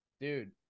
Dude